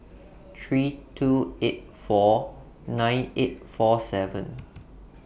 three two eight four nine eight four seven